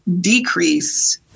decrease